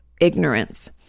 ignorance